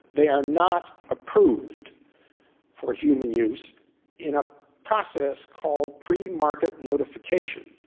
they are not approved for human use in a process called premarket notification,